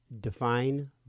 define